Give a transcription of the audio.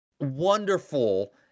wonderful